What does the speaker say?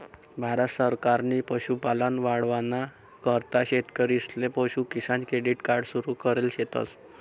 भारत सरकारनी पशुपालन वाढावाना करता शेतकरीसले पशु किसान क्रेडिट कार्ड सुरु करेल शेतस